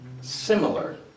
similar